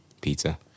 Pizza